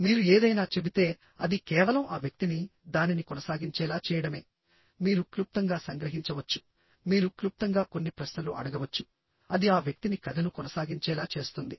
మీరు ఏదైనా చెబితే అది కేవలం ఆ వ్యక్తిని దానిని కొనసాగించేలా చేయడమే మీరు క్లుప్తంగా సంగ్రహించవచ్చు మీరు క్లుప్తంగా కొన్ని ప్రశ్నలు అడగవచ్చు అది ఆ వ్యక్తిని కథను కొనసాగించేలా చేస్తుంది